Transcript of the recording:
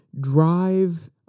drive